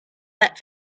that